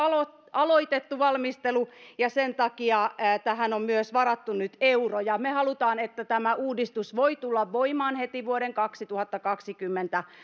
aloitettu ja sen takia tähän on nyt myös varattu euroja me haluamme että tämä uudistus voi tulla voimaan heti vuoden kaksituhattakaksikymmentä